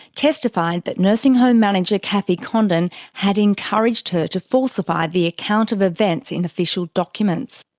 testified that nursing home manager cathy condon had encouraged her to falsify the account of events in official documents.